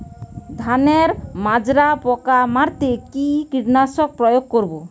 ধানের মাজরা পোকা মারতে কি কীটনাশক প্রয়োগ করব?